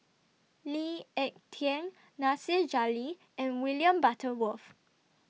Lee Ek Tieng Nasir Jalil and William Butterworth